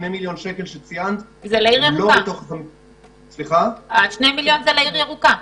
ה-2 מיליון שקלים שציינת --- הם לטובת פרויקט העיר הירוקה.